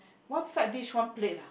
one side dish one plate ah